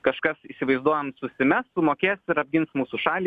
kažkas įsivaizduojam susimes sumokės ir apgins mūsų šalį